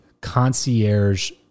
concierge